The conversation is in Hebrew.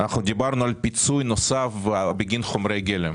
אנחנו דיברנו על פיצוי נוסף בגין חומרי גלם